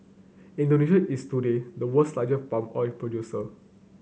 Indonesia is today the world's largest palm oil producer